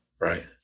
Right